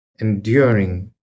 enduring